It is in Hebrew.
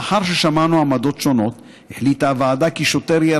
לאחר ששמענו עמדות שונות החליטה הוועדה כי שוטר יהיה